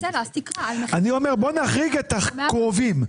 אני אומר שנחריג את הקרובים.